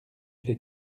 fait